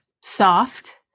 soft